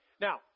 Now